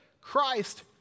Christ